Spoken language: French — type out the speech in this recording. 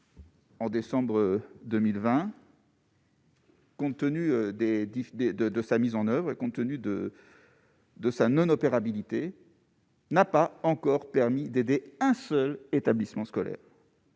En décembre 2020. Compte tenu des de de sa mise en oeuvre et compte tenu de de sa non-opérabilité. N'a pas encore permis d'aider un seul établissement scolaire.